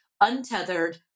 untethered